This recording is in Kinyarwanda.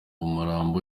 umurambo